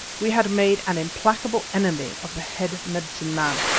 we had made an implacable enemy of the head medicine-man,